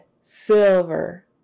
silver